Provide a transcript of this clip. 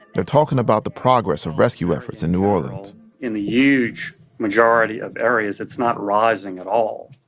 they're talking about the progress of rescue efforts in new orleans in the huge majority of areas, it's not rising at all.